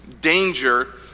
danger